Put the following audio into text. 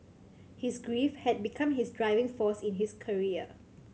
his grief had become his driving force in his career